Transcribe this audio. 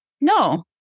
No